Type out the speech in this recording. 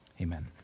Amen